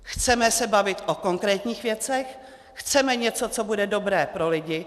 Chceme se bavit o konkrétních věcech, chceme něco, co bude dobré pro lidi.